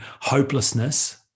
hopelessness